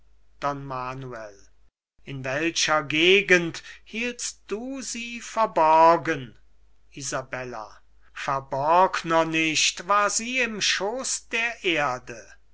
manuel in welcher gegend hieltst du sie verborgen isabella verborgner nicht war sie im schooß der erde